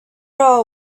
all